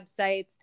websites